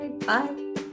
bye